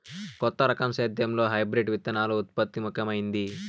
కొత్త రకం సేద్యంలో హైబ్రిడ్ విత్తనాల ఉత్పత్తి ముఖమైంది